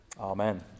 Amen